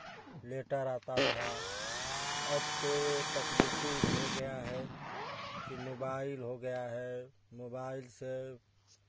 letter आता था अब तो तकनीकी हो गया है कि मोबाइल हो गया है मोबाइल से